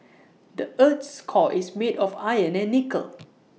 the Earth's core is made of iron and nickel